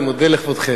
אני מודה לכבודכם.